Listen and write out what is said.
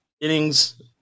innings